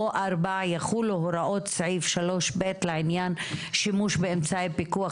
או (4) יחולו הוראות סעיף 3ב לעניין שימוש באמצעי פיקוח